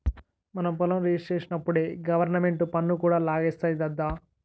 మన పొలం రిజిస్ట్రేషనప్పుడే గవరమెంటు పన్ను కూడా లాగేస్తాది దద్దా